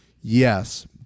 Yes